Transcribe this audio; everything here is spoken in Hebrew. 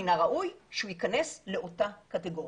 מן הראוי שהוא ייכנס לאותה קטגוריה.